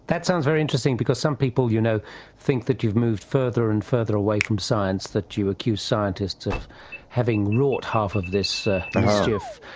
that sounds very interesting, because some people you know think that you've moved further and further away from science, that you accuse scientists of having wrought half of this mischief,